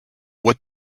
what